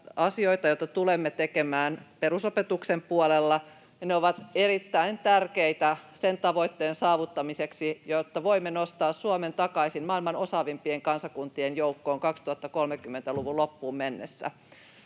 asioita, joita tulemme tekemään perusopetuksen puolella, ja ne ovat erittäin tärkeitä sen tavoitteen saavuttamiseksi, jotta voimme nostaa Suomen takaisin maailman osaavimpien kansakuntien joukkoon 2030-luvun loppuun mennessä.